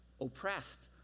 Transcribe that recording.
oppressed